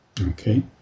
okay